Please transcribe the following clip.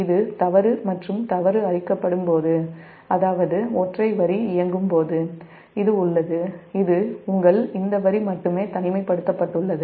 இது தவறு மற்றும் தவறு அழிக்கப்படும் போது அதாவது ஒற்றை வரி இயங்கும்போது இது உள்ளதுஇது உங்கள் வரி மட்டுமே தனிமைப்படுத்தப்பட்டுள்ளது